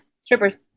Strippers